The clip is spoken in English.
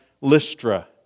Lystra